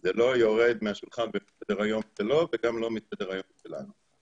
זה לא יורד מסדר היום שלו וגם לא מסדר היום שלנו.